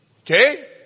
Okay